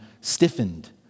stiffened